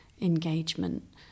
engagement